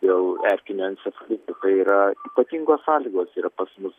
jau erkinio encefalito tai yra ypatingos sąlygos yra pas mus